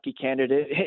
candidate